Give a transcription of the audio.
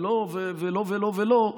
ולא ולא ולא ולא,